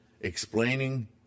explaining